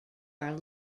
are